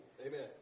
Amen